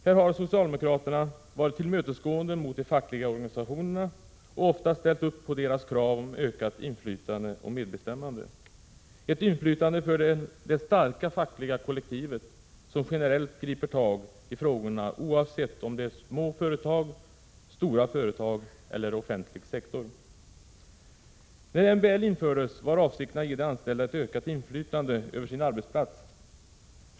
Här har socialdemokraterna varit tillmötesgående mot de fackliga organisationerna och ofta ställt upp på deras krav om ökat inflytande och medbestämmande — ett inflytande för det starka fackliga kollektivet, som generellt griper tag i frågorna oavsett om det är småföretag, stora företag eller offentlig sektor. När MBL infördes var avsikten att ge de anställda ett ökat inflytande över sin arbetsplats.